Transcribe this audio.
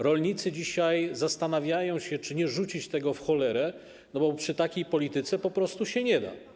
Rolnicy dzisiaj zastanawiają się, czy nie rzucić tego w cholerę, bo przy takiej polityce po prostu się nie da.